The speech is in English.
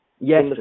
Yes